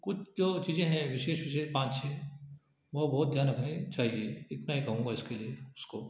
कुछ जो चीज़ें है विशेष रूप से पाँच छः वह बहुत ध्यान रखनी चाहिए इतना ही कहूँगा इसके लिए उसको